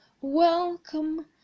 welcome